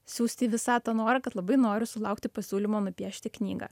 siųst į visatą norą kad labai noriu sulaukti pasiūlymo nupiešti knygą